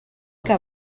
que